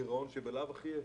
מהגירעון שבלאו הכי יש?